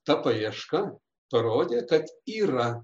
ta paieška parodė kad yra